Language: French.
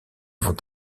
vont